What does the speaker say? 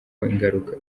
ingaruka